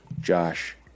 Josh